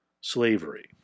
slavery